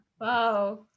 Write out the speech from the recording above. Wow